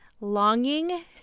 Longing